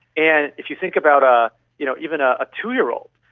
and if you think about ah you know even ah a two-year-old,